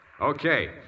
Okay